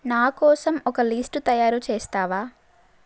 నాకోసం ఒక లిస్టు తయారుచేస్తావా